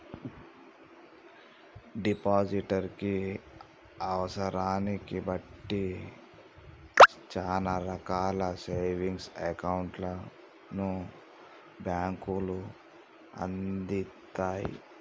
depositor కి అవసరాన్ని బట్టి చానా రకాల సేవింగ్స్ అకౌంట్లను బ్యేంకులు అందిత్తయ్